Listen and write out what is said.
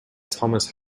thomas